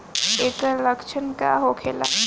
ऐकर लक्षण का होखेला?